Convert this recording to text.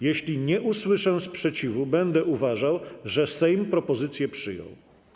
Jeśli nie usłyszę sprzeciwu, będę uważał, że Sejm propozycję przyjął.